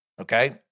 okay